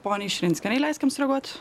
poniai širinskienei leiskim sureaguot